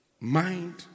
mind